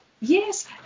Yes